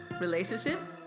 relationships